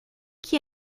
que